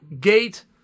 gate